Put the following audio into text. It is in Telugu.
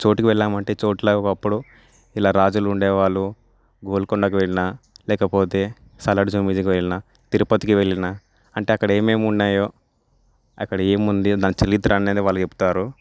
చోటికి వెళ్దామంటే చోట్ల ఒకప్పుడు ఇలా రాజులు ఉండేవాళ్ళు గోల్కొండకి వెళ్ళినా లేకపోతే సాలార్ జంగ్ మ్యూజియంకి వెళ్ళినా తిరుపతికి వెళ్ళినా అంటే అక్కడ ఏమేమి ఉన్నాయో అక్కడ ఏముంది దాని చరిత్ర అనేది వాళ్ళు చెప్తారు